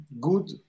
good